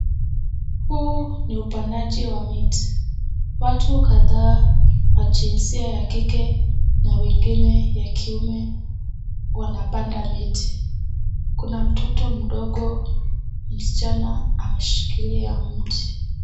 Huu ni upandaji wa mti. Watu kadhaa wa jinsia ya kike na wengine ya kiume wanapanda mti. Kuna mtoto mdogo, msichana ameshikilia mti.